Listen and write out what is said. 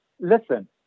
Listen